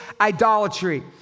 idolatry